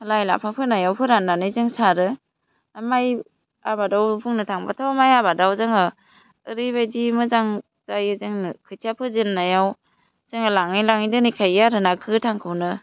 लाइ लाफा फोनायाव फोराननानै जों सारो माइ आबादाव बुंनो थांबाथ' माइ आबादाव जोङो ओरैबायदि मोजां जायो जोंनो खोथिया फोजेननायाव जोङो लाङै लाङै दोनहैखायो आरो ना गोथांखौनो